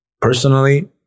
Personally